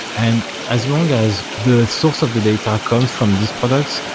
and as long as the source of the data comes from these products,